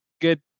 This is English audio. good